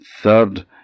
third